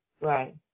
Right